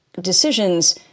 decisions